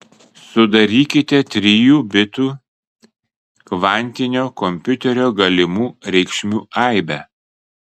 sudarykite trijų bitų kvantinio kompiuterio galimų reikšmių aibę